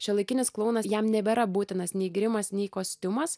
šiuolaikinis klounas jam nebėra būtinas nei grimas nei kostiumas